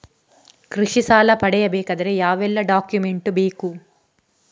ಕೃಷಿ ಸಾಲ ಪಡೆಯಬೇಕಾದರೆ ಯಾವೆಲ್ಲ ಡಾಕ್ಯುಮೆಂಟ್ ಬೇಕು?